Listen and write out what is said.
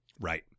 Right